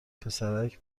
پسرک